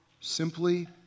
simply